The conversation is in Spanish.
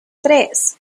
tres